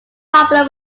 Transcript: popular